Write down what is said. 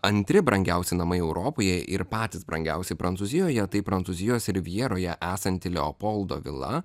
antri brangiausi namai europoje ir patys brangiausi prancūzijoje tai prancūzijos rivjeroje esanti leopoldo vila